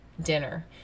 dinner